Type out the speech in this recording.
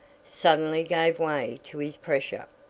suddenly gave way to his pressure.